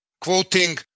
quoting